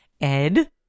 Ed